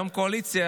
היום קואליציה,